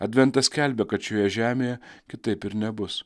adventas skelbia kad šioje žemėje kitaip ir nebus